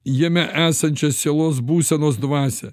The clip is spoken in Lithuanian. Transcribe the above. jame esančią sielos būsenos dvasią